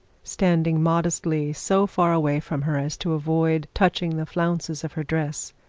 standing modestly so far away from her s to avoid touching the flounces of her dress.